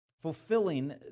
fulfilling